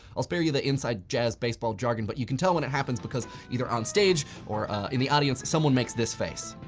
i'll spare you the inside jazz baseball jargon, but you can tell when it happens because either on stage or in the audience someone makes this face.